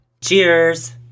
cheers